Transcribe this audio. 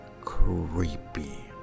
creepy